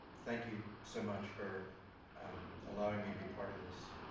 thank you so much for um allowing me to be part of this.